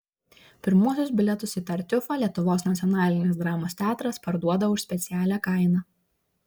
pirmuosius bilietus į tartiufą lietuvos nacionalinis dramos teatras parduoda už specialią kainą